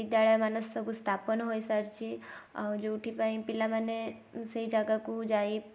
ବିଦ୍ୟାଳୟମାନ ସବୁ ସ୍ଥାପନ ହୋଇସାରିଛି ଆଉ ଯେଉଁଠି ପାଇଁ ପିଲାମାନେ ସେଇ ଜାଗାକୁ ଯାଇ